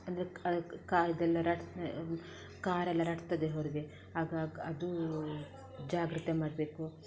ಅಂದರೆ ಕ ಕಾಯಿದೆಲ್ಲ ರಟ್ ಖಾರಯೆಲ್ಲ ರಟ್ತದೆ ಹೊರಗೆ ಆಗ ಅದು ಜಾಗ್ರತೆ ಮಾಡಬೇಕು